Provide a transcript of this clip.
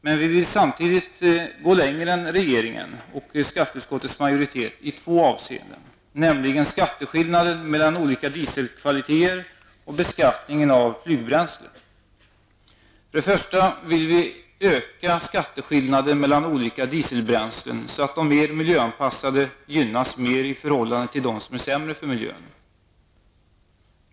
Men vi vill gå längre än regeringen och skatteutskottets majoritet i två avseenden, nämligen i fråga om skatteskillnaden mellan olika dieselkvaliteter och beskattningen av flygbränsle. Vi vill öka skatteskillnaden mellan olika dieselbränslen, så att de miljöanpassade gynnas mer i förhållande till dem som är sämre för miljön.